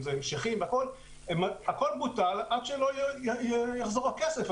אם זה המשכים וכולי הכל בוטל עד שלא יחזור הכסף.